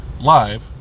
live